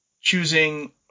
choosing